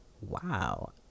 wow